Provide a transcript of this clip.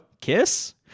kiss